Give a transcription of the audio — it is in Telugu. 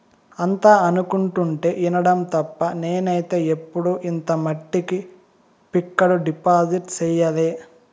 అంతా అనుకుంటుంటే ఇనడం తప్ప నేనైతే ఎప్పుడు ఇంత మట్టికి ఫిక్కడు డిపాజిట్ సెయ్యలే